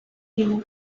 digu